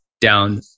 down